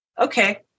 Okay